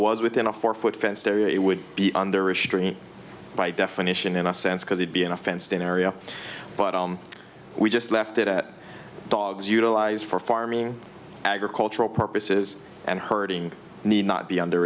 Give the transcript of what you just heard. was within a four foot fenced area it would be under issue by definition in a sense because he'd be in a fenced in area but on we just left it at dogs utilized for farming agricultural purposes and herding need not be under